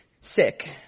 Sick